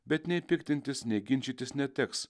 bet nei piktintis nei ginčytis neteks